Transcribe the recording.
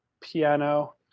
piano